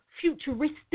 futuristic